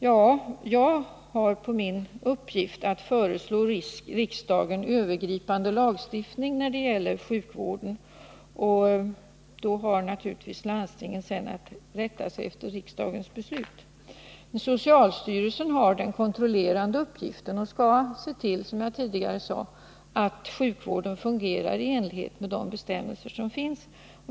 Ja, jag har i uppgift att föreslå riksdagen övergripande lagstiftning när det gäller sjukvården, och landstingen har sedan naturligtvis att rätta sig efter riksdagens beslut. Socialstyrelsen har den kontrollerande uppgiften och skall, som jag tidigare sade, se till att sjukvården fungerar i enlighet med de bestämmelser som finns.